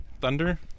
Thunder